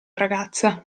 ragazza